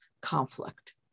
conflict